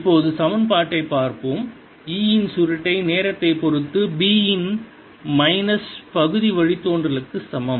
இப்போது சமன்பாட்டைப் பார்ப்போம் E இன் சுருட்டை நேரத்தைப் பொறுத்து B இன் மைனஸ் பகுதி வழித்தோன்றல் க்கு சமம்